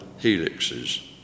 helixes